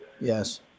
yes